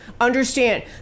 Understand